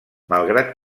malgrat